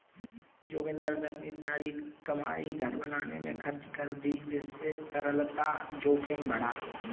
जोगिंदर ने अपनी सारी कमाई घर बनाने में खर्च कर दी जिससे तरलता जोखिम बढ़ा